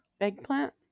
Eggplant